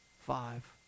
five